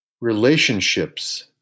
relationships